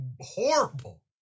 horrible